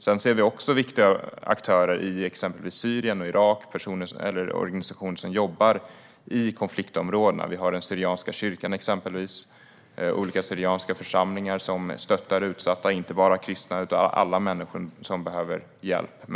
Vi ser också viktiga aktörer i exempelvis Syrien och Irak. Det är organisationer som jobbar i konfliktområdena, till exempel den syrianska kyrkan och olika syrianska församlingar som stöttar utsatta - inte bara kristna utan alla människor som behöver hjälp.